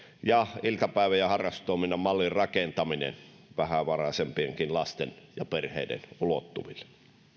ja iltapäivä ja harrastustoiminnan mallin rakentaminen vähävaraisempienkin lasten ja perheiden ulottuville